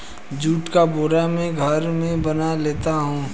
जुट का बोरा मैं घर में बना लेता हूं